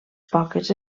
poques